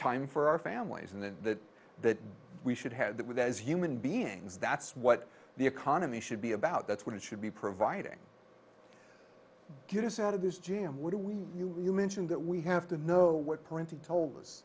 time for our families and then that that we should have that with as human beings that's what the economy should be about that's what it should be providing get us out of this jam what do we you know you mentioned that we have to know what printing told us